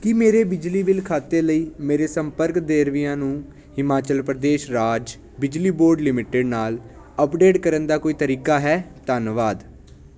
ਕੀ ਮੇਰੇ ਬਿਜਲੀ ਬਿੱਲ ਖਾਤੇ ਲਈ ਮੇਰੇ ਸੰਪਰਕ ਵੇਰਵਿਆਂ ਨੂੰ ਹਿਮਾਚਲ ਪ੍ਰਦੇਸ਼ ਰਾਜ ਬਿਜਲੀ ਬੋਰਡ ਲਿਮਟਿਡ ਨਾਲ ਅਪਡੇਟ ਕਰਨ ਦਾ ਕੋਈ ਤਰੀਕਾ ਹੈ ਧੰਨਵਾਦ